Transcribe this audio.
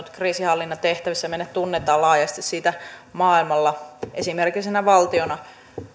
kriisinhallintatehtävissä meidät tunnetaan laajasti siitä maailmalla esimerkillisenä valtiona